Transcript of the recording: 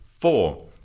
Four